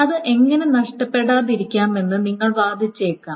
അത് എങ്ങനെ നഷ്ടപ്പെടാതിരിക്കുമെന്ന് നിങ്ങൾ വാദിച്ചേക്കാം